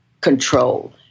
control